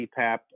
CPAP